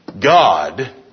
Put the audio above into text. God